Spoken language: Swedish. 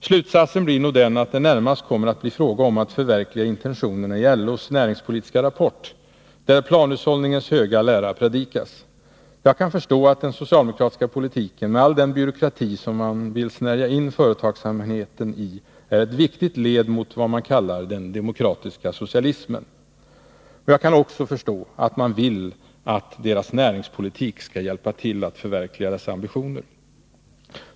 Slutsatsen blir nog den att det närmast kommer att bli fråga om att förverkliga intentionerna i LO:s näringspolitiska rapport, där planhushållningens höga lära predikas. Jag kan förstå att den socialdemokratiska politiken, med all den byråkrati som man vill snärja in företagsamheten i, är ett viktigt led mot vad man kallar den demokratiska socialismen. Jag kan förstå att man vill att näringspolitiken skall hjälpa till att förverkliga dessa ambitioner.